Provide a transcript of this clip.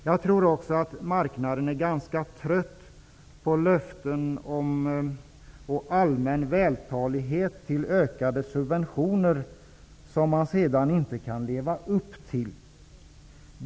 Jag tror också att marknaden är ganska trött på löften och allmän vältalighet om ökade subventioner, som man sedan inte kan leva upp till.